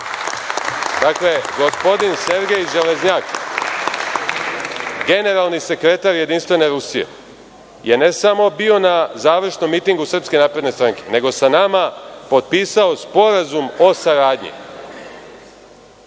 gospodin Sergej Železnjak, generalni sekretar Jedinstvene Rusije je, ne samo bio na završnom mitingu SNS, nego sa nama potpisao sporazum o saradnji.